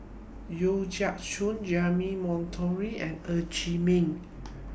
Yeo Siak Goon Jeremy Monteiro and Ng Chee Meng